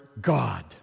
God